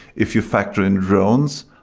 if you factor in drones,